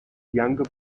younger